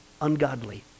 ungodly